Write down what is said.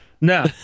No